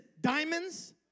diamonds